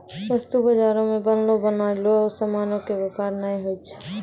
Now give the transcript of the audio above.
वस्तु बजारो मे बनलो बनयलो समानो के व्यापार नै होय छै